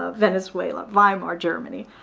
ah venezuela, weimar germany.